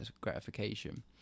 gratification